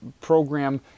program